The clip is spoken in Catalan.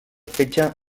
fetge